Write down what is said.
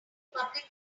public